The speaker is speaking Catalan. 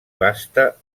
vasta